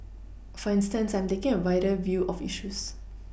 for instance I am taking a wider view of issues